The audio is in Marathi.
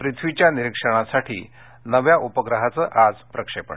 पृथ्वीच्या निरीक्षणासाठी नव्या उपग्रहाचं आज प्रक्षेपण